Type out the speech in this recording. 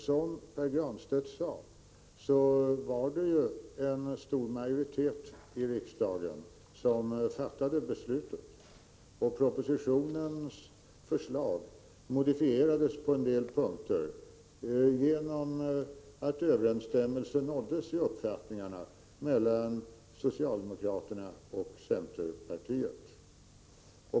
Som Pär Granstedt sade var det ju en stor majoritet i riksdagen som fattade beslutet, och propositionens förslag modifierades på en del punkter genom att överensstämmelse nåddes i uppfattningarna mellan socialdemokraterna och centerpartiet.